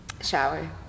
Shower